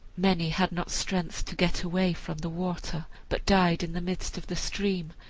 many had not strength to get away from the water, but died in the midst of the stream,